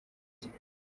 cye